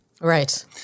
Right